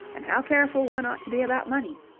and how careful one ought to be about money?